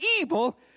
evil